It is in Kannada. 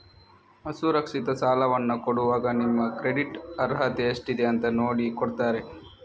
ಅಸುರಕ್ಷಿತ ಸಾಲವನ್ನ ಕೊಡುವಾಗ ನಿಮ್ಮ ಕ್ರೆಡಿಟ್ ಅರ್ಹತೆ ಎಷ್ಟಿದೆ ಅಂತ ನೋಡಿ ಕೊಡ್ತಾರೆ